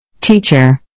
Teacher